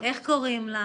איך קוראים לה?